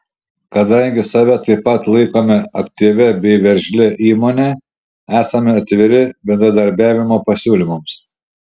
kadangi save taip pat laikome aktyvia bei veržlia įmone esame atviri bendradarbiavimo pasiūlymams